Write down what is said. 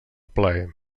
plaer